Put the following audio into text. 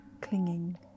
clinging